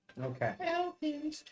Okay